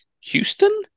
Houston